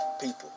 people